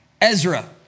Ezra